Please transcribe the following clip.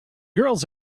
girls